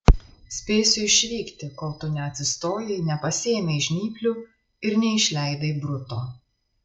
spėsiu išvykti kol tu neatsistojai nepasiėmei žnyplių ir neišleidai bruto